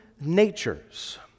natures